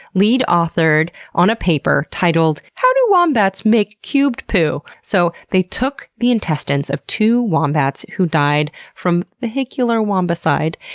lead authored on a paper titled, how do wombats make cubed poo? so they took the intestines of two wombats who died from vehicular wombicide,